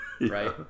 Right